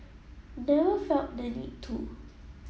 never felt the need to